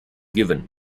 given